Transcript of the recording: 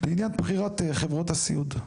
לעניין בחירת חברות הסיעוד.